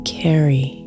carry